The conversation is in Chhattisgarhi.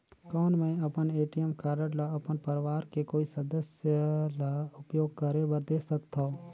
कौन मैं अपन ए.टी.एम कारड ल अपन परवार के कोई सदस्य ल उपयोग करे बर दे सकथव?